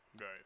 right